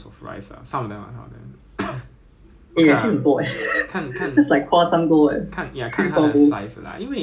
我怎么跟你 described is is as if one and a half bowl 那个 scoop so 那 uncle 有时候会给你两个 scoops that's equal to three bowls already